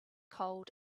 cold